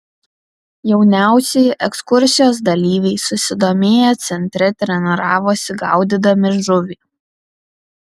jauniausieji ekskursijos dalyviai susidomėję centre treniravosi gaudydami žuvį